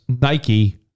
Nike